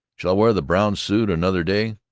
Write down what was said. shall i wear the brown suit another day?